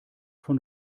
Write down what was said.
von